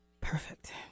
perfect